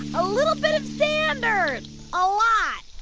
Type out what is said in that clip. a little bit of sand or a lot?